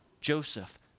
Joseph